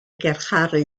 garcharu